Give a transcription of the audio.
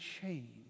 change